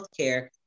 healthcare